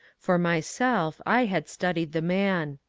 for myself i had studied the man.